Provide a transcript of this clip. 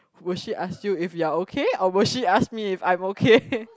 will she ask you if you're okay or will she ask me if I'm okay